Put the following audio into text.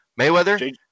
Mayweather